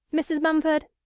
mrs. mumford,